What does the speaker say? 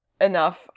enough